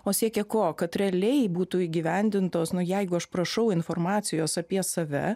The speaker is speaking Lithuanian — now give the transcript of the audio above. o siekia ko kad realiai būtų įgyvendintos nu jeigu aš prašau informacijos apie save